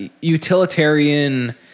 Utilitarian